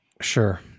Sure